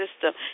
system